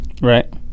Right